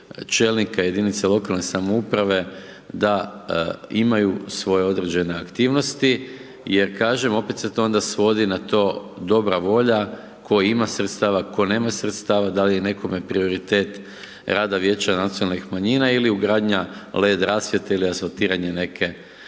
čelnika jedinice lokalne samouprave da imaju svoje određene aktivnosti, jer kažem, opet se to svodi na to dobra volja, tko ima sredstava, tko nema sredstava, da li je nekome prioritet rada vijeća nacionalnih manjina ili ugradnja led rasvijetle ili abortiranje neke